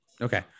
okay